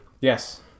Yes